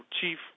chief